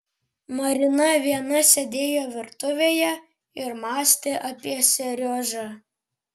marina viena sėdėjo virtuvėje ir mąstė apie seriožą